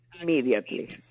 immediately